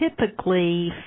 typically